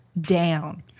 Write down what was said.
down